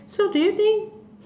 so do you think